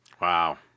wow